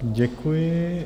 Děkuji.